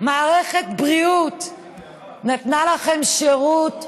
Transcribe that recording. מערכת הבריאות נתנה לכם שירות,